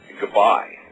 goodbye